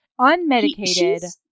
unmedicated